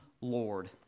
Lord